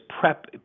PrEP